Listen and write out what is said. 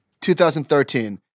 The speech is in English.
2013